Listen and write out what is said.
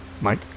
Mike